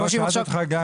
לא, שאלתי אותך רק